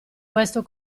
questo